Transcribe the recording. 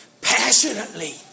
Passionately